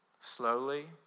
slowly